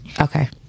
Okay